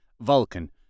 Vulcan